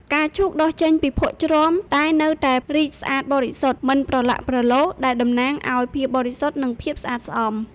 ផ្កាឈូកដុះចេញពីភក់ជ្រាំតែនៅតែរីកស្អាតបរិសុទ្ធ មិនប្រឡាក់ប្រឡូស ដែលតំណាងឱ្យភាពបរិសុទ្ធ និងភាពស្អាតស្អំ ។